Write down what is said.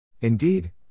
Indeed